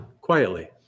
quietly